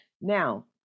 Now